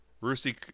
Rusty